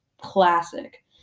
classic